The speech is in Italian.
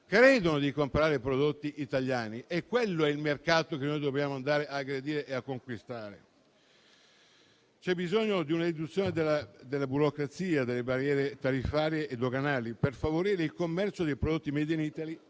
crede di comprare prodotti italiani. Quello è il mercato che noi dobbiamo andare a aggredire e a conquistare. C'è bisogno di una riduzione della burocrazia, delle barriere tariffarie e doganali per favorire il commercio dei prodotti *made in Italy*